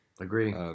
Agree